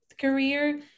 career